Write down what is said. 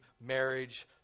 marriage